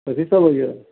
कथि सब अबैया